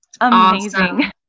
amazing